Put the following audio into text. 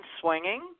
swinging